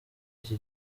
iki